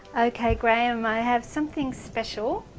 ok graeme, i have something special,